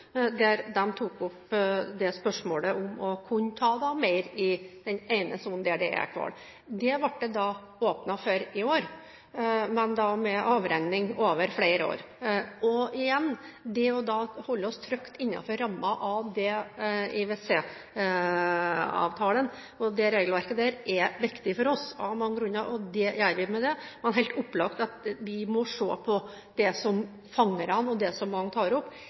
der de tok opp det spørsmålet – om å kunne ta mer i den ene sonen der det er hval. Det ble det åpnet for i år, men da med avregning over flere år. Igjen: Det å holde oss trygt innenfor rammen av IWC-avtalen og det regelverket er viktig for oss av mange grunner. Men det er helt opplagt at vi må se på det som fangerne og det som mange tar opp